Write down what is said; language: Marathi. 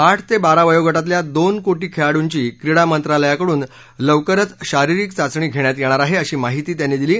आठ ते बारा वयोगटातल्या दोन कोटी खेळाडूंची क्रीडा मंत्रालयाकडून लवकरच शारीरिक चाचणी घेण्यात येणार आहे अशी माहिती त्यांनी दिली